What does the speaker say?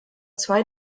zwei